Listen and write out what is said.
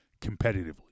competitively